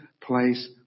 place